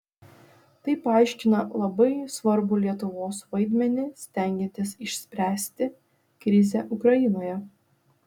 tai paaiškina labai svarbų lietuvos vaidmenį stengiantis išspręsti krizę ukrainoje